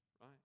right